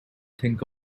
think